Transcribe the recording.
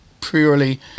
purely